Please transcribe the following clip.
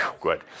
Good